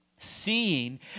seeing